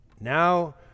Now